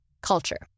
Culture